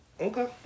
Okay